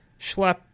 schlep